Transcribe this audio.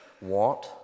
want